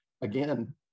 again